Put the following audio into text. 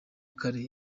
kare